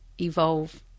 evolve